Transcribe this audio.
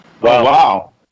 Wow